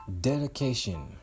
dedication